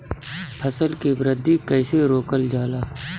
फसल के वृद्धि कइसे रोकल जाला?